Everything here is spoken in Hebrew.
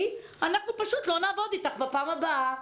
את הכסף אנחנו פשוט לא נעבוד איתך בפעם הבאה.